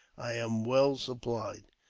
i am well supplied.